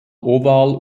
oval